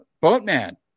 boatman